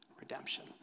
redemption